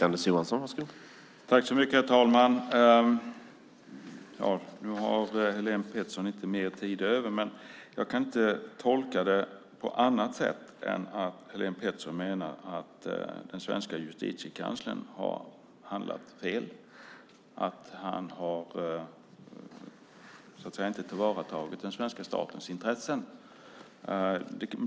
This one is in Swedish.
Herr talman! Nu har inte Helén Pettersson fler repliker, men jag kan inte tolka det hon säger på annat sätt än att Helén Pettersson menar att den svenska Justitiekanslern har handlat fel, att han inte har tillvaratagit svenska statens intressen.